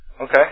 Okay